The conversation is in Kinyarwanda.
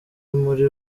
muri